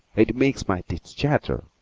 it makes my teeth chatter,